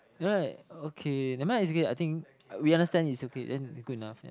okay never mind it's okay I think we understand it's okay then it's good enough yeah